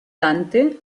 dante